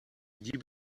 die